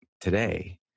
today